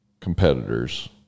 competitors